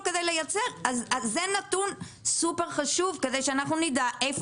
כדי לייצר אז זה נתון סופר חשוב כדי שאנחנו נדע איפה